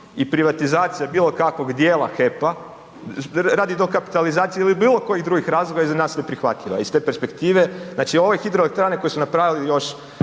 i privatizacija bilo kakvog dijela HEP-a radi dokapitalizacije ili bilo kojih drugih razloga je za nas neprihvatljiva iz te perspektive. Znači, ove hidroelektrane koje su napravili još,